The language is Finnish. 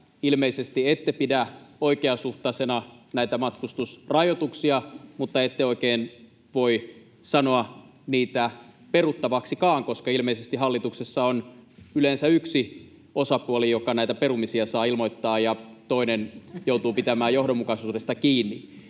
ilmeisesti ette pidä oikeasuhtaisina matkustusrajoituksia mutta ette oikein voi sanoa niitä peruttaviksikaan, koska ilmeisesti hallituksessa on yleensä yksi osapuoli, joka näitä perumisia saa ilmoittaa, ja toinen joutuu pitämään johdonmukaisuudesta kiinni.